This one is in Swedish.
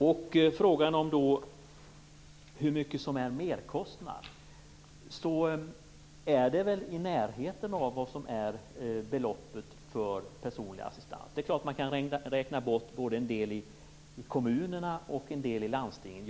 Svaret på frågan om hur mycket som är merkostnad är att beloppet ligger i närheten av kostnaden för personlig assistans. Det är klart att man kan räkna bort en del både i kommunerna och i landstingen.